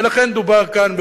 ולכן מדובר כאן,